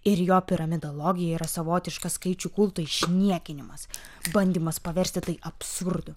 ir jo piramidologija yra savotiškas skaičių kulto išniekinimas bandymas paversti tai absurdu